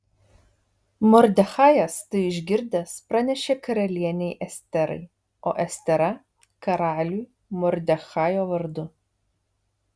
mordechajas tai išgirdęs pranešė karalienei esterai o estera karaliui mordechajo vardu